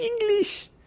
English